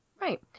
Right